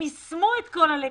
הם יישמו את כל הלקחים.